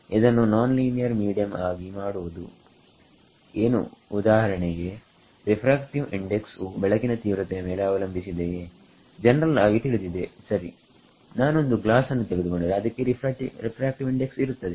ಇದನ್ನು non linear medium ಆಗಿ ಮಾಡುವುದು ಏನು ಉದಾಹರಣೆಗೆರಿಫ್ರಾಕ್ಟಿವ್ ಇಂಡೆಕ್ಸ್ ವು ಬೆಳಕಿನ ತೀವ್ರತೆಯ ಮೇಲೆ ಅವಲಂಬಿಸಿದೆಯೇ ಜನರಲ್ ಆಗಿ ತಿಳಿದಿದೆ ಸರಿ ನಾನೊಂದು ಗ್ಲಾಸ್ ಅನ್ನು ತೆಗೆದುಕೊಂಡರೆ ಅದಕ್ಕೆ ರಿಫ್ರಾಕ್ಟಿವ್ ಇಂಡೆಕ್ಸ್ ಇರುತ್ತದೆ